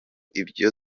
ibyo